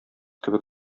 кебек